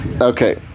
Okay